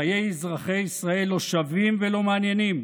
חיי אזרחי ישראל לא שווים ולא מעניינים,